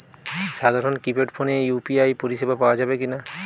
সাধারণ কিপেড ফোনে ইউ.পি.আই পরিসেবা পাওয়া যাবে কিনা?